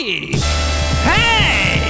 Hey